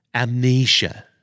Amnesia